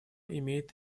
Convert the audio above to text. имеет